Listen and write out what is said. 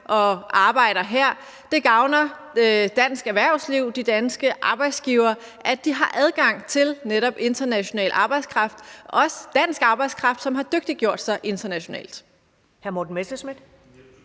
og arbejder her. Det gavner dansk erhvervsliv, de danske arbejdsgivere, at de har adgang til netop international arbejdskraft, også dansk arbejdskraft, som har dygtiggjort sig internationalt. Kl. 15:17 Første